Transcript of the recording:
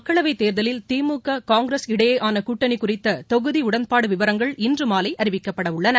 மக்களவைத் தேர்தலில் திமுக காங்கிரஸ் இடையேயான கூட்டணி குறித்த தொகுதி உடன்பாடு விவரங்கள் இன்று மாலை அறிவிக்கப்பட உள்ளன